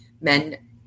men